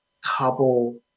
couple